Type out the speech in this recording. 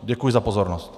Děkuji za pozornost.